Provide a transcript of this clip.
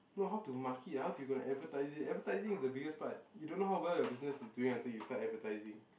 no how to market how do you gonna advertise it advertising is the biggest part you don't know how well your business is doing until you start advertising